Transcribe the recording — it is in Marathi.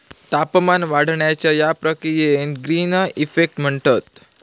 तापमान वाढण्याच्या या प्रक्रियेक ग्रीन इफेक्ट म्हणतत